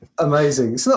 amazing